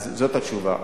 זאת התשובה.